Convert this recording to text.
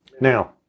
Now